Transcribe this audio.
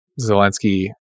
Zelensky